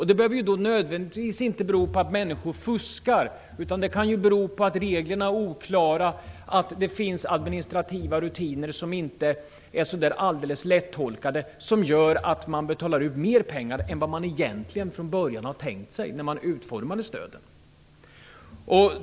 Det behöver nödvändigtvis inte bero på att människor fuskar, utan det kan bero på att reglerna är oklara, att det finns administrativa rutiner som inte är alldeles lättolkade och som gör att man betalar ut mer pengar än vad man egentligen från början hade tänkt sig när stöden utformades.